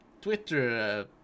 Twitter